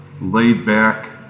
laid-back